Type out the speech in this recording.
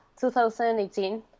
2018